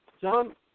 John